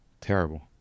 Terrible